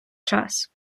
час